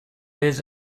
his